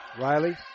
Riley